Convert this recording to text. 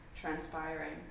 transpiring